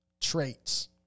traits